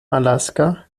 alaska